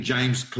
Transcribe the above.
James